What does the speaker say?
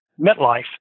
MetLife